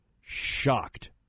shocked